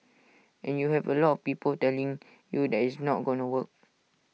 and you have A lot of people telling you that it's not gonna work